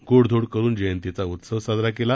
गोडधोड करून जयंतीचा उत्सव साजरा केला